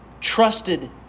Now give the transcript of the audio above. trusted